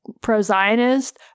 pro-Zionist